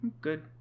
good